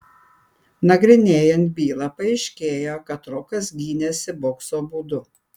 nagrinėjant bylą paaiškėjo kad rokas gynėsi bokso būdu